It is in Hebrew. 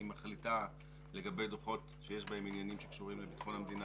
היא מחליטה לגבי דוחות שיש בהם עניינים שקשורים לביטחון המדינה,